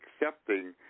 accepting